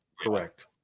Correct